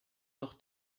noch